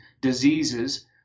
diseases